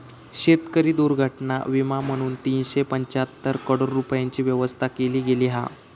शेतकरी दुर्घटना विमा म्हणून तीनशे पंचाहत्तर करोड रूपयांची व्यवस्था केली गेली हा